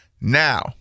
Now